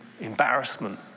embarrassment